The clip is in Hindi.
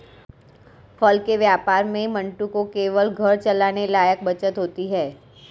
फल के व्यापार में मंटू को केवल घर चलाने लायक बचत होती है